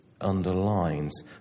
underlines